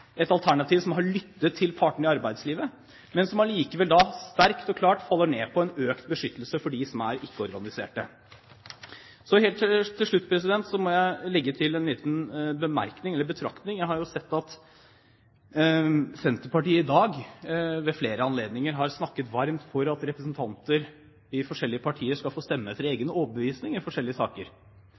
et alternativ som har lyttet til partene i arbeidslivet, men som allikevel da sterkt og klart faller ned på en økt beskyttelse for dem som ikke er organisert. Helt til slutt må jeg legge til en liten betraktning. Jeg har jo sett at Senterpartiet ved flere anledninger i dag har snakket varmt for at representanter i ulike partier skal få stemme etter egen overbevisning i forskjellige saker.